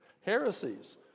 heresies